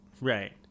Right